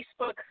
Facebook